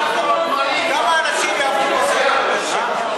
כמה אנשים יעבדו בסייבר בבאר-שבע?